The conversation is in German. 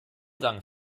dank